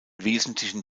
wesentlichen